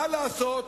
מה לעשות,